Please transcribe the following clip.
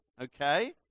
okay